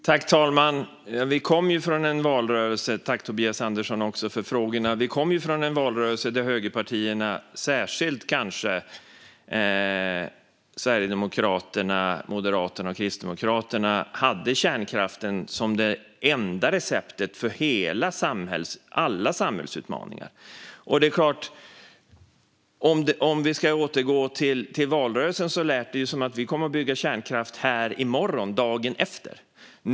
Herr talman! Tack, Tobias Andersson, för frågorna! Vi kommer från en valrörelse där högerpartierna, kanske särskilt Sverigedemokraterna, Moderaterna och Kristdemokraterna, hade kärnkraften som det enda receptet för alla samhällsutmaningar. Om vi ska återgå till valrörelsen lät det som om vi skulle bygga kärnkraft redan dagen efter.